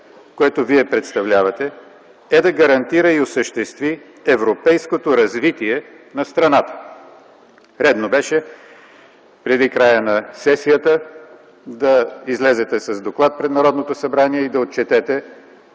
което Вие представлявате, е да гарантира и осъществи европейското развитие на страната. Редно беше преди края на сесията да излезете с доклад пред Народното събрание и да отчетете